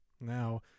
now